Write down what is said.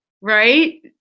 Right